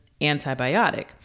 antibiotic